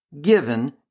given